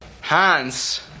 Hans